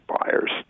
buyers